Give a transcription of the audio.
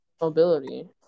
mobility